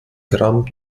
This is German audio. gramm